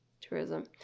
tourism